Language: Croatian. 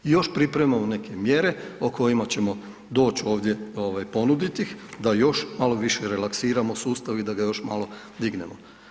I još pripremamo neke mjere o kojima ćemo doć ovdje ovaj ponuditi ih da još malo više relaksiramo sustav i da ga još malo dignemo.